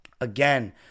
Again